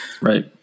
Right